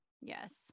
Yes